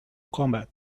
combat